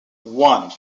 one